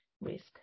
risk